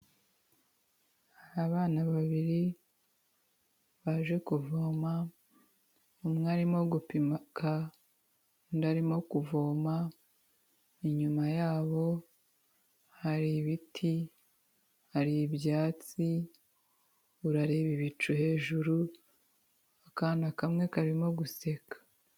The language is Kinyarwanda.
Abana babiri baje kuvoma, umwe arimo gupima gusunika, undi arimo kuvoma, inyuma yabo hari ibiti, hari ibyatsi, urareba ibicu hejuru, akana kamwe karimo guseka.